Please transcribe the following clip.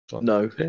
No